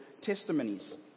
testimonies